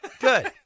Good